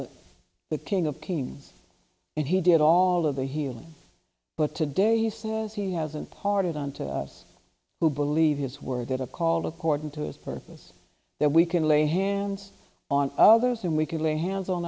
had that king of cain and he did all of the healing but to day he says he hasn't parted on to us who believe his word that a call according to his purpose that we can lay hands on others and we can lay hands on